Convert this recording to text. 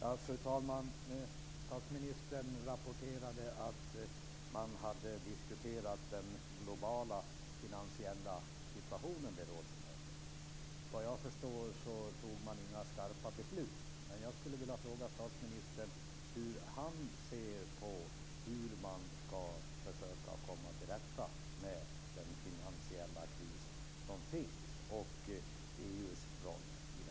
Fru talman! Statsministern rapporterade att man hade diskuterat den globala finansiella situationen vid rådsmötet. Vad jag förstår fattade man inga skarpa beslut. Jag skulle vilja fråga statsministern hur han anser att man skall försöka komma till rätta med den finansiella kris som finns och EU:s roll i densamma.